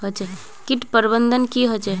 किट प्रबन्धन की होचे?